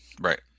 Right